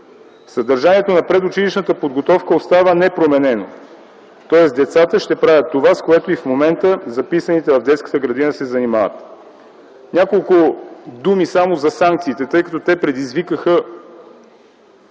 Съдържанието на предучилищната подготовка остава непроменено, тоест децата ще правят това, с което и в момента, записаните в детската градина се занимават. Няколко думи само за санкциите, тъй като те предизвикаха,